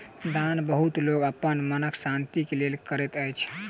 दान बहुत लोक अपन मनक शान्ति के लेल करैत अछि